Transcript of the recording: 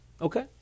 Okay